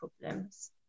problems